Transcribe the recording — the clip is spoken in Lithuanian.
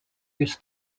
jis